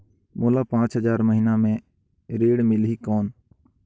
मोला पांच हजार महीना पे ऋण मिलही कौन?